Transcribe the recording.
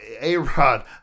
A-Rod